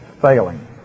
failing